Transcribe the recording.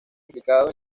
implicado